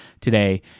today